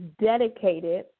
dedicated